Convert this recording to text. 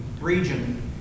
region